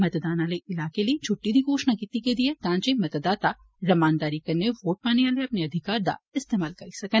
मतदान आले इलाके लेई छुट्टी दी घोषणा कीती गेदी ऐ तां जे मतदाता रमानदारी कन्नै वोट पाने आले अपने अधिकार दा इस्तेमाल करी सकन